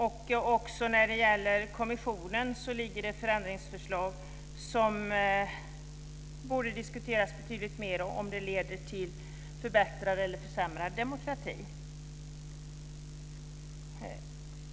Det finns också förändringsförslag beträffande kommissionen som borde diskuteras betydligt mera om ifall det leder till förbättrad eller försämrad demokrati.